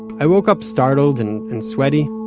i woke up startled and and sweaty.